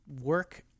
work